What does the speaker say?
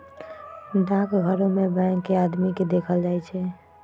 डाकघरो में बैंक के आदमी के देखल जाई छई